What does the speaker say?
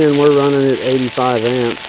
and we're running at eighty-five